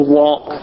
walk